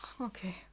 Okay